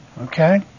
Okay